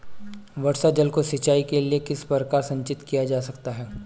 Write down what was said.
वर्षा जल को सिंचाई के लिए किस प्रकार संचित किया जा सकता है?